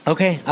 Okay